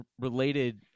related